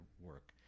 work